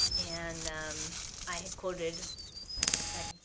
and i had quoted that,